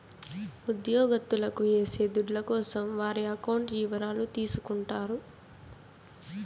ఉద్యోగత్తులకు ఏసే దుడ్ల కోసం వారి అకౌంట్ ఇవరాలు తీసుకుంటారు